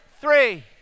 three